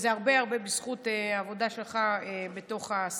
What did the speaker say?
זה הרבה מאוד בזכות העבודה שלך בסיעה.